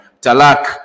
talak